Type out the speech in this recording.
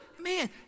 Man